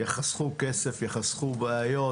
יחסכו כסף, יחסכו בעיות